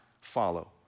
follow